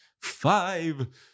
five